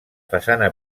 façana